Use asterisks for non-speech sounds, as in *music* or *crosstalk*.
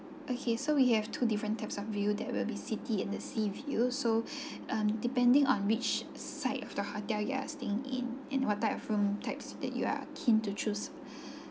okay so we have two different types of view that will be city and the sea view so *breath* um depending on which side of the hotel you are staying in and what type of room types that you are keen to choose *breath*